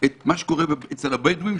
את מה שקורה אצל הבדואים,